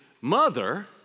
mother